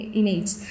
image